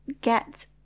get